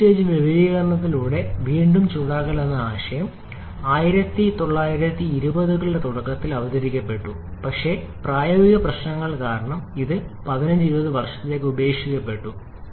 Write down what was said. multi stage വിപുലീകരണത്തിലൂടെ വീണ്ടും ചൂടാക്കൽ എന്ന ആശയം 1920 കളുടെ തുടക്കത്തിൽ അവതരിപ്പിക്കപ്പെട്ടു പക്ഷേ പ്രായോഗിക പ്രശ്നങ്ങൾ കാരണം ഇത് 15 20 വർഷത്തേക്ക് ഉപേക്ഷിക്കപ്പെട്ടു